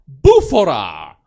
Bufora